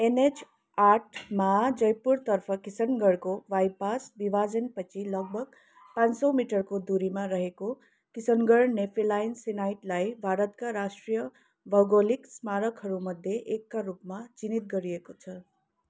NH आठमा जयपुरतर्फ किसनगढको बाइपास विभाजनपछि लगभग पाँच सौ मिटरको दुरीमा रहेको किसनगढ नेफेलाइन सिनाइटलाई भारतका राष्ट्रिय भौगोलिक स्मारकहरूमध्ये एकका रूपमा चिन्हित गरिएको छ